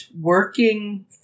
working